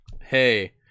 hey